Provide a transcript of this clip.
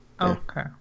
Okay